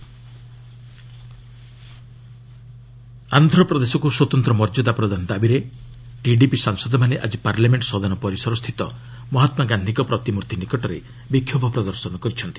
TDP left protest ଆନ୍ଧ୍ରପ୍ରଦେଶକୁ ସ୍ୱତନ୍ତ୍ର ମର୍ଯ୍ୟାଦା ପ୍ରଦାନ ଦାବିରେ ଟିଡିପି ସାଂସଦମାନେ ଆକି ପାର୍ଲାମେଣ୍ଟ ସଦନ ପରିସରସ୍ଥିତ ମହାତ୍ମା ଗାନ୍ଧୀଙ୍କ ପ୍ରତିମୂର୍ତ୍ତି ନିକଟରେ ବିକ୍ଷୋଭ ପ୍ରଦର୍ଶନ କରିଛନ୍ତି